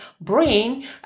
brain